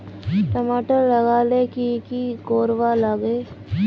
टमाटर लगा ले की की कोर वा लागे?